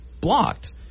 blocked